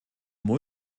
setzt